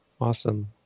awesome